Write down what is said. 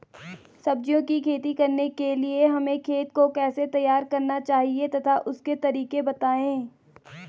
सब्जियों की खेती करने के लिए हमें खेत को कैसे तैयार करना चाहिए तथा उसके तरीके बताएं?